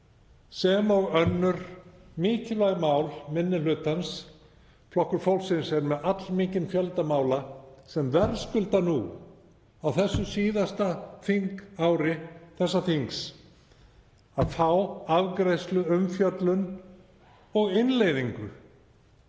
sem og önnur mikilvæg mál minni hlutans. Flokkur fólksins er með allmikinn fjölda mála sem verðskulda nú á síðasta þingári þessa þings að fá afgreiðslu, umfjöllun og innleiðingu.